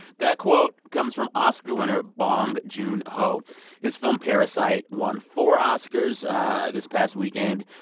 that quote comes from oscar winner bong joon-ho. his film parasite won four oscars this past weekend,